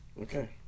Okay